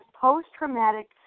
post-traumatic